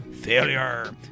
failure